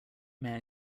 may